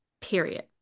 period